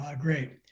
Great